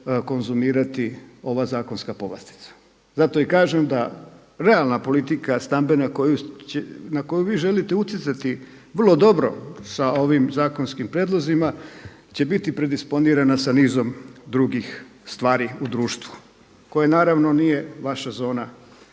konzumirati ova zakonska povlastica. Zato i kažem da realna politika stabilna na koju vi želite utjecati vrlo dobro sa ovim zakonskim prijedlozima će biti predinspodirana sa nizom drugih stvari u društvu koje naravno nije vaša zona